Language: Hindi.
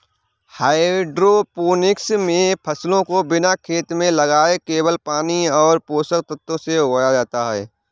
हाइड्रोपोनिक्स मे फसलों को बिना खेत में लगाए केवल पानी और पोषक तत्वों से उगाया जाता है